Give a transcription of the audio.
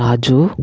రాజు